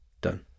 done